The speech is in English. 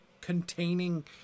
containing